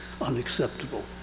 unacceptable